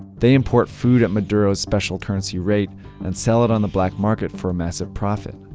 they import food at maduro's special currency rate and sell it on the black market for a massive profit.